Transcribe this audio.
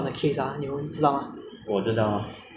还有那些人也是不要听话 ah 全部跑出去 ah